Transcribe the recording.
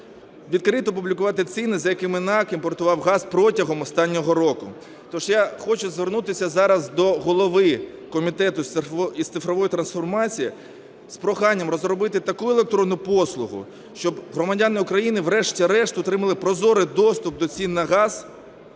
відкрито опублікувати ціни, за якими НАК імпортував газ протягом останнього року. Тож я хочу звернутися зараз до голови Комітету із цифрової трансформації з проханням розробити таку електронну послугу, щоб громадяни України врешті-решт отримали прозорий доступ до цін на газ